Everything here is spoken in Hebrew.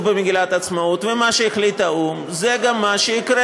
במגילת העצמאות ומה שהחליט האו"ם זה גם מה שיקרה.